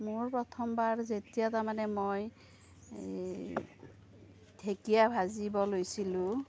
মোৰ প্ৰথমবাৰ যেতিয়া তাৰমানে মই এই ঢেকীয়া ভাজিব লৈছিলোঁ